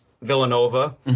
Villanova